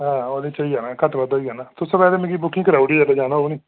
आं ओह्दे च होई जाना घट्ट बद्ध होई जाना ते तुस मिगी बुकिंग कराई ओड़ेओ जेल्लै जाना होग निं